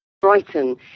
Brighton